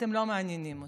אתם לא מעניינים אותי.